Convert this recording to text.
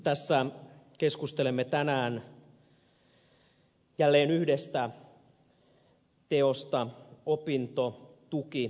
tässä keskustelemme tänään jälleen yhdestä teosta opintotukikokonaisuudessa